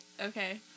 Okay